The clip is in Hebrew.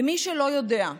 למי שלא יודע,